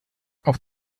auf